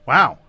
Wow